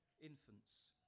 infants